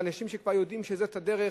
אנשים שכבר יודעים שזאת הדרך,